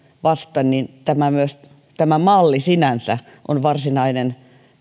vastaan niin tämä malli sinänsä on varsinainen